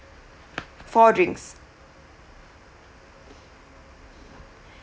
four drinks